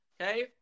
Okay